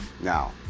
Now